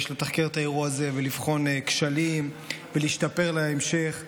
יש לתחקר את האירוע הזה ולבחון כשלים ולהשתפר להמשך.